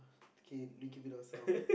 K keep it to ourselves